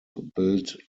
built